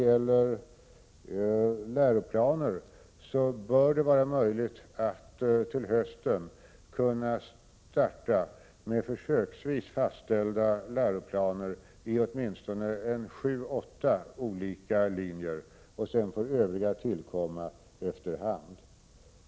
Till hösten bör det vara möjligt att starta med försöksvis fastställda läroplaner på åtminstone sju åtta olika linjer. Sedan får övriga tillkomma efter hand.